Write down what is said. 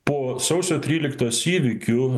po sausio tryliktos įvykių